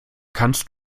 kannst